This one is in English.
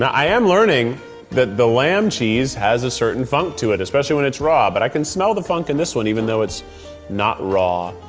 i am learning that the lamb cheese has a certain funk to it, especially when it's raw, but i can smell the funk in this one even though it's not raw.